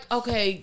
okay